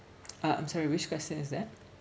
uh I'm sorry which question is that